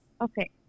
Okay